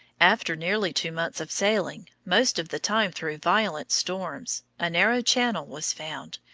after nearly two months of sailing, most of the time through violent storms, a narrow channel was found,